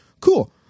cool